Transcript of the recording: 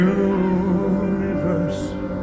universe